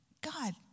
God